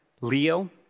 Leo